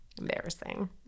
embarrassing